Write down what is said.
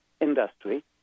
industry